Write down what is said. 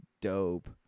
dope